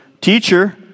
Teacher